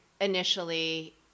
initially